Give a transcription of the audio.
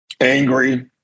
Angry